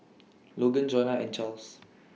Logan Johnna and Charls